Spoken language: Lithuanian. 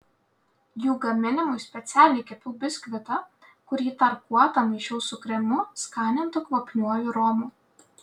jų gaminimui specialiai kepiau biskvitą kurį tarkuotą maišiau su kremu skanintu kvapniuoju romu